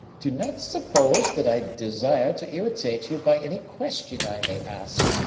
do not suppose that i desire to irritate you by any question i may ask.